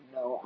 no